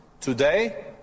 today